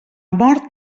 mort